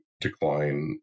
decline